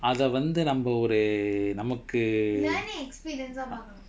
அத வந்து நம்ம ஒரு நமக்கு:atha vanthu namma oru namaku